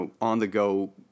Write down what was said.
on-the-go